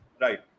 right